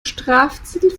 strafzettel